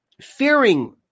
fearing